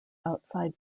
outside